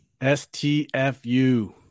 STFU